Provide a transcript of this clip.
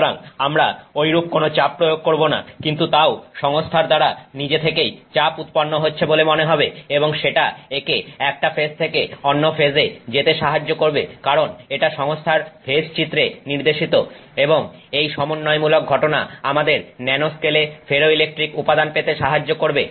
সুতরাং আমরা ঐরূপ কোনো চাপ প্রয়োগ করব না কিন্তু তাও সংস্থার দ্বারা নিজে থেকেই চাপ উৎপন্ন হচ্ছে বলে মনে হবে এবং সেটা একে একটা ফেজ থেকে অন্য ফেজে যেতে সাহায্য করবে কারণ এটা সংস্থার ফেজ চিত্রে নির্দেশিত এবং এই সমন্বয়মূলক ঘটনা আমাদের ন্যানো স্কেলে ফেরোইলেকট্রিক উপাদান পেতে সাহায্য করবে